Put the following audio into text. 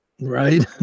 Right